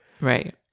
right